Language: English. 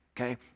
Okay